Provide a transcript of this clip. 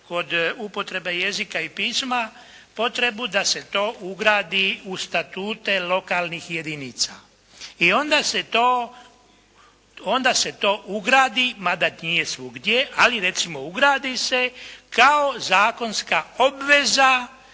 kod upotrebe jezika i pisma potrebu da se to ugradi u Statute lokalnih jedinica. I onda se to ugradi mada to nije svugdje, ali recimo ugradi se kao zakonska obveza